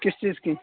کس چیز کی